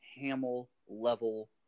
Hamill-level